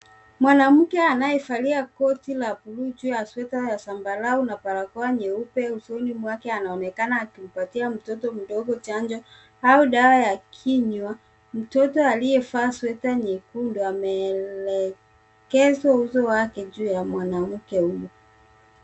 Mwanamke anayevalia koti ya bluu juu ya sweta ya zambarau na barakoa nyeupe usoni mwake anaonekana akimpatia mtoto mdogo chanjo au dawa ya kinywa. Mtoto aliyevaa sweta nyekundu ndio aneelekeza uso wake juu ya mwanamke huyo.